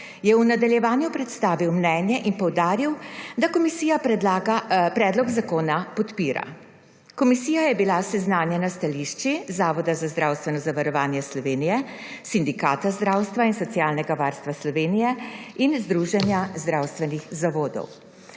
je v nadaljevanju predstavil mnenje in poudaril, da komisija predlog zakona podpira. Komisija je bila seznanjena s stališči Zavoda za zdravstveno zavarovanje Slovenije, sindikata zdravstva in socialnega varstva Slovenije in Združenja zdravstvenih zavodov.